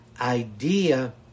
idea